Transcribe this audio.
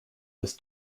des